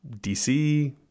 DC